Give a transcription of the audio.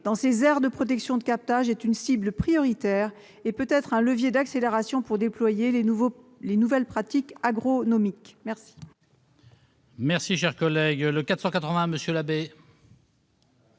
dans ces aires de protection de captage est un objectif prioritaire. Il peut être un levier d'accélération pour le développement des nouvelles pratiques agronomiques.